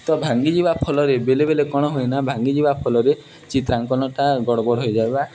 ତ ଭାଙ୍ଗିଯିବା ଫଳରେ ବେଳେ ବେଳେ କ'ଣ ହୁଏନା ଭାଙ୍ଗିଯିବା ଫଲରେ ଚିତ୍ରାଙ୍କନଟା ଗଡ଼ବଡ଼ ହୋଇଯାଏ ବା